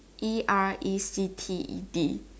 E L E C T E D